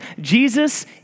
Jesus